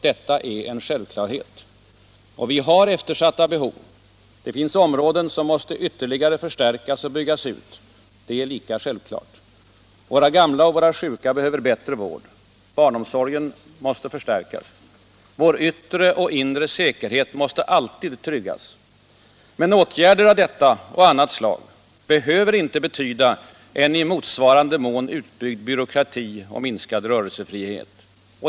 Detta är en självklarhet. Vi har eftersatta behov. Det finns områden som måste ytterligare förstärkas och byggas ut. Det är lika självklart. Våra gamla och våra sjuka behöver bättre vård. Barnomsorgen måste förstärkas. Vår yttre och inre säkerhet måste alltid tryggas. Men åtgärder av detta och annat slag behöver inte betyda en i motsvarande mån utbyggd byråkrati och minskad rörelsefrihet.